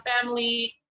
family